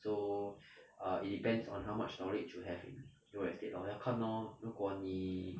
so uh it depends on how much knowledge you have in real estate lor 要看 lor 如果你